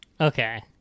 Okay